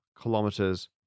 kilometers